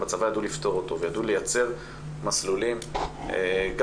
ובצבא ידעו לפתור אותו וידעו לייצר מסלולים גם